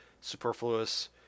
superfluous